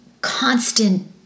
constant